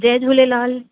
Jay Jhulelal